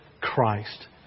Christ